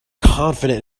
confident